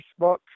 Facebook